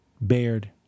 bared